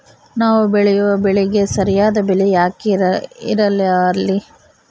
ನಾವು ಬೆಳೆಯುವ ಬೆಳೆಗೆ ಸರಿಯಾದ ಬೆಲೆ ಯಾಕೆ ಇರಲ್ಲಾರಿ?